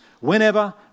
whenever